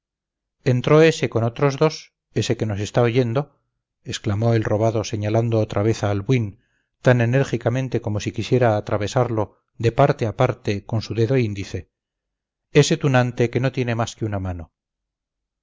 arcas entró ese con otros dos ese que nos está oyendo exclamó el robado señalando otra vez a albuín tan enérgicamente como si quisiera atravesarlo de parte a parte con su dedo índice ese tunante que no tiene más que una mano